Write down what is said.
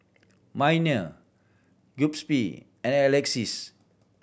Minor Giuseppe and Alexis